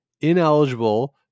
ineligible